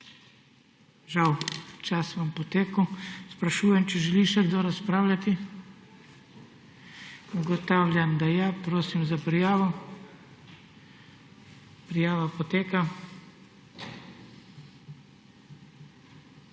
Žal, vam je čas potekel. Sprašujem, če želi še kdo razpravljati. Ugotavljam, da ja. Prosim za prijavo. Prijava poteka.